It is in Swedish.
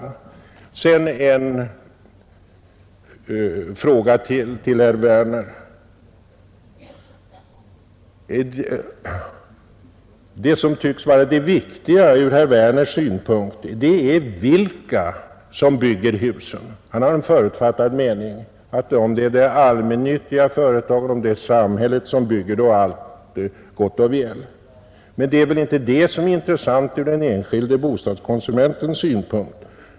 Jag skulle sedan vilja ställa ytterligare en fråga till herr Werner. Det som från herr Werners synpunkt tycks vara det viktiga är vilka som bygger husen. Han har en förutfattad mening därvidlag. Om det är de allmännyttiga företagen, samhället, som bygger är allt gott och väl. Men det är väl inte detta som är intressant från den enskilde bostadskonsumentens synpunkt.